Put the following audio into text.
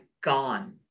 gone